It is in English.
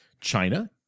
China